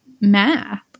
math